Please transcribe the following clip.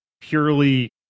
purely